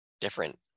different